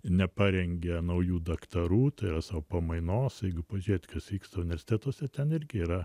neparengia naujų daktarų tai yra sau pamainos jeigu pažiūrėt kas vyksta universitetuose ten irgi yra